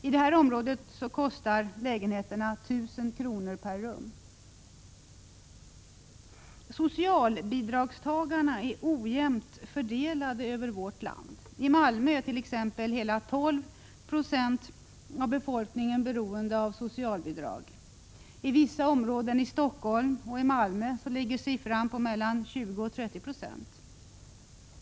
I detta område kostar lägenheterna 1 000 kr. per rum. Socialbidragstagarna är ojämnt fördelade över landet. I t.ex. Malmö är hela 12 96 av befolkningen beroende av socialbidrag. I vissa områden i Stockholm och Malmö ligger siffran på mellan 20 och 30 96.